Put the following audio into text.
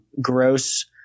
gross